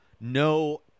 no